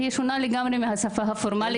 שהיא שונה לגמרי מהשפה הפורמלית.